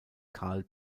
carl